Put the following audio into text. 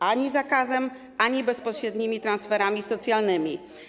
Ani zakazem, ani bezpośrednimi transferami socjalnymi.